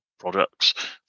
products